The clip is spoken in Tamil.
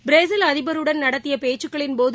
பிரேசில் அதிபருடன் நடத்தியபேச்கக்களின்போது